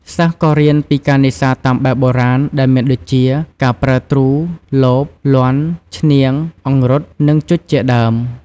សិស្សក៏៏រៀនពីការនេសាទតាមបែបបុរាណដែលមានដូចជា ការប្រើទ្រូ លប លាន់ ឈ្នាង អង្រុត និង ជុចជាដើម។